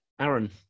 Aaron